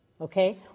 okay